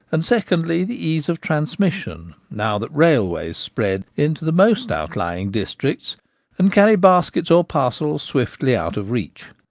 and, secondly, the ease of trans mission now that railways spread into the most out lying districts and carry baskets or parcels swiftly out of reach.